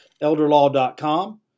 elderlaw.com